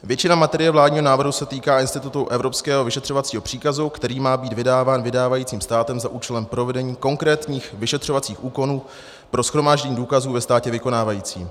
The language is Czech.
Většina materie vládního návrhu se týká institutu evropského vyšetřovacího příkazu, který má být vydáván vydávajícím státem za účelem provedení konkrétních vyšetřovacích úkonů pro shromáždění důkazů ve státě vykonávajícím.